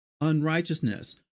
unrighteousness